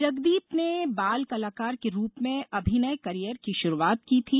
जगदीप ने बाल कलाकार के रूप में अभिनय करियर की शुरूआत की थी